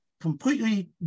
completely